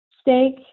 steak